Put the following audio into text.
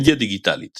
מדיה דיגיטלית